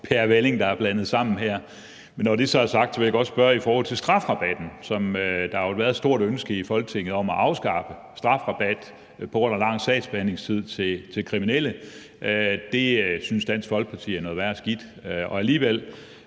pærevælling, der er blandet sammen her. Men når det så er sagt, vil jeg godt stille et spørgsmål om strafrabatten, som der jo har været et stort ønske i Folketinget om at afskaffe. Strafrabat til kriminelle på grund af lang sagsbehandlingstid synes Dansk Folkeparti er noget værre skidt. Og alligevel